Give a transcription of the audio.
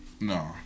No